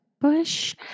bush